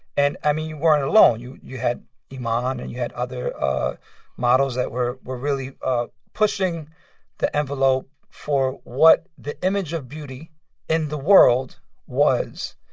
and, i mean, you weren't alone. you you had iman, um um and you had other models that were were really ah pushing the envelope for what the image of beauty in the world was.